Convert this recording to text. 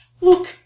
look